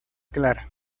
clara